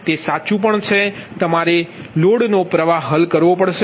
તમારે લોનો પ્રવાહ હલ કરવો પડશે